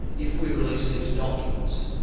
if we release these documents,